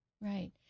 right